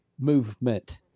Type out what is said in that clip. movement